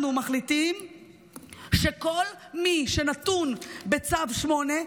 אנחנו מחליטים שכל מי שנתון בצו 8,